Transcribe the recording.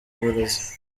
burezi